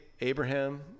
Abraham